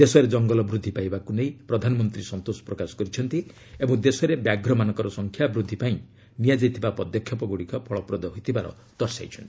ଦେଶରେ ଜଙ୍ଗଲ ବୃଦ୍ଧି ପାଉଥିବାକୁ ନେଇ ପ୍ରଧାନମନ୍ତ୍ରୀ ସନ୍ତୋଷ ପ୍ରକାଶ କରିଛନ୍ତି ଓ ଦେଶରେ ବ୍ୟାଘ୍ରମାନଙ୍କର ସଂଖ୍ୟା ବୃଦ୍ଧି ପାଇଁ ନିଆଯାଇଥିବା ପଦକ୍ଷେପଗୁଡ଼ିକ ଫଳପ୍ରଦ ହୋଇଥିବାର କହିଛନ୍ତି